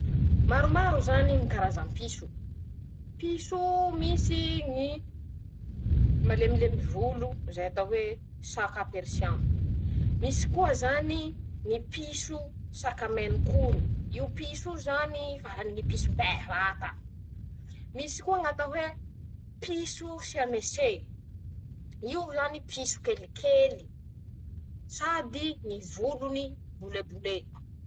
Maromaro zany ñy karazam-piso: -Piso ooo misy ñy, malemilemy volo zay atao hoe saka" perisian". -Misy koa zany ñy piso" sakamenokoro", io piso o zanyy farany ñy piso bevata. -Misy koa ñ'atao piso "seamese", io zany piso kelikely sady ñy volony bolebole.